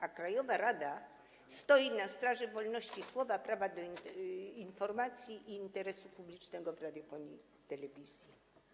A krajowa rada stoi na straży wolności słowa, prawa do informacji i interesu publicznego w radiofonii i telewizji.